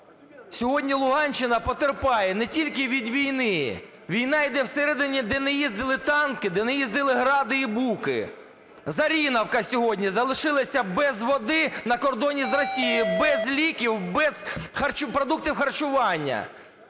Сьогодні Луганщина потерпає не тільки від війни, війна йде всередині, де не їздили танки, де не їздили "гради" і "буки". Зоринівка сьогодні залишилася без води на кордоні з Росією, без ліків, без продуктів харчування.